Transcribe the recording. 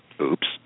Oops